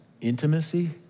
intimacy